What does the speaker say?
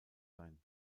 sein